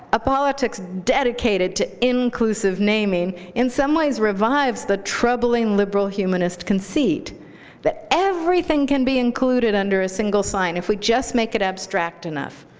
a politics dedicated to inclusive naming in some ways revives the troubling liberal humanist conceit that everything can be included under a single sign if we just make it abstract enough,